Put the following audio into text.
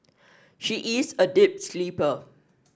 she is a deep sleeper